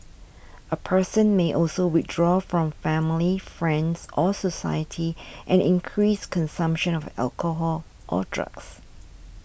a person may also withdraw from family friends or society and increase consumption of alcohol or drugs